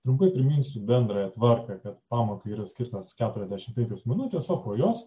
trumpai priminsiu bendrąją tvarką kad pamokai yra skirtos keturiasdešimt penkios minutės o po jos